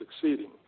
succeeding